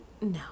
no